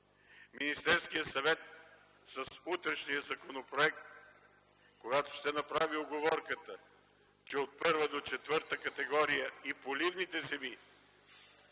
Министерският съвет с утрешния законопроект, когато ще направи уговорката, че от първа до четвърта категория и поливните земи